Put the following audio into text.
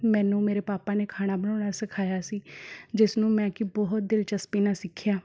ਮੈਨੂੰ ਮੇਰੇ ਪਾਪਾ ਨੇ ਖਾਣਾ ਬਣਾਉਣਾ ਸਿਖਾਇਆ ਸੀ ਜਿਸ ਨੂੰ ਮੈਂ ਕਿ ਬਹੁਤ ਦਿਲਚਸਪੀ ਨਾਲ਼ ਸਿੱਖਿਆ